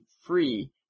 free